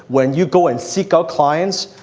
when you go and seek out clients,